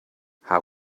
how